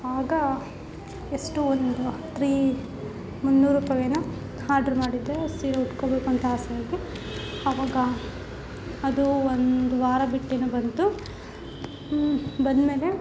ಆಗ ಎಷ್ಟು ಒಂದು ತ್ರೀ ಮುನ್ನೂರು ರೂಪಾಯೇನೋ ಹಾರ್ಡ್ರ ಮಾಡಿದ್ದೆ ಸೀರೆ ಉಟ್ಕೋಬೇಕು ಅಂತ ಆಸೆ ಆಗಿ ಆವಾಗ ಅದು ಒಂದು ವಾರ ಬಿಟ್ಟೇನೋ ಬಂತು ಬಂದ ಮೇಲೆ